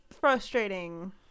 frustrating